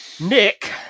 Nick